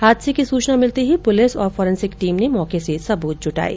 हादसे की सूचना मिलते ही पुलिस और फॉरेंसिक टीम ने मौके से सबूत जुटाये